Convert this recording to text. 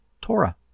Torah